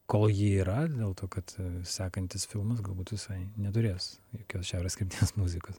kol ji yra dėl to kad sekantis filmas galbūt visai neturės jokios šiaurės krypties muzikos